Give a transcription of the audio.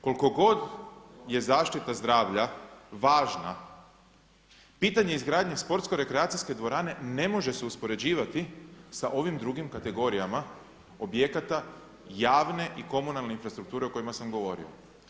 Koliko god je zaštita zdravlja važna pitanje izgradnje sportsko-rekreacijske dvorane ne može se uspoređivati sa ovim drugim kategorijama objekata javne i komunalne infrastrukture o kojima sam govorio.